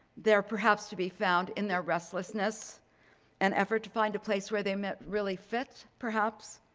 they're perhaps to be found in their restlessness and effort to find a place where they might really fit, perhaps,